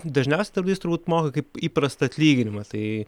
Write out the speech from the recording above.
dažniausiai darbdavys turbūt moka kaip įprastą atlyginimą tai